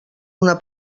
una